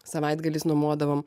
savaitgaliais nuomuodavom